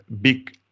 big